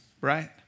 right